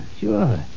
Sure